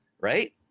right